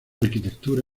arquitectura